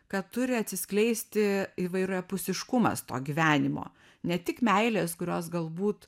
kad turi atsiskleisti įvairiapusiškumas to gyvenimo ne tik meilės kurios galbūt